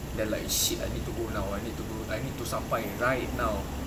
then like shit I need to go now I need to go I need to sampai like right now